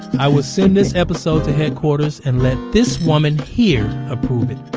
i will send this episode to headquarters and let this woman here approve it